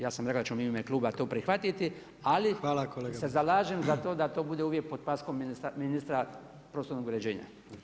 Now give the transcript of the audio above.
Ja sam rekao da ćemo mi u ime kluba to prihvatiti, ali se [[Upadica Predsjednik: Hvala kolega Bačić.]] zalažem da to bude uvijek pod paskom ministra prostornog uređenja.